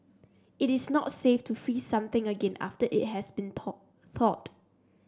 it is not safe to freeze something again after it has been taught thawed